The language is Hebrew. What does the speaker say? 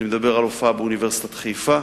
אני מדבר על הופעה באוניברסיטת חיפה.